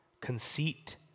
conceit